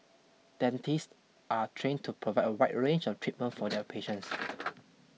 dentists are trained to provide a wide range of treatment for their patients